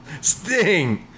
Sting